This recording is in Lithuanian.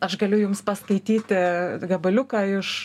aš galiu jums paskaityti gabaliuką iš